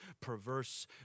perverse